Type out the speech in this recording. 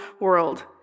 world